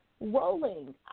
rolling